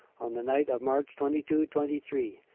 on the night of march twenty two twenty three,